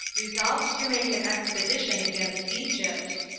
resolved to make an expedition against egypt,